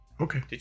Okay